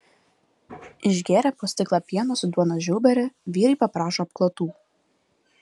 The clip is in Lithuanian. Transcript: išgėrę po stiklą pieno su duonos žiaubere vyrai paprašo apklotų